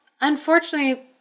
unfortunately